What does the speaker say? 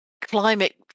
climate